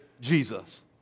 Jesus